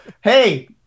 hey